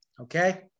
Okay